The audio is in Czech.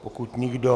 Pokud nikdo...